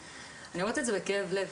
אני אומרת את זה בכאב לב,